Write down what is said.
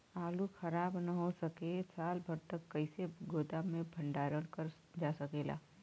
आलू खराब न हो सके साल भर तक कइसे गोदाम मे भण्डारण कर जा सकेला?